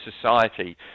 society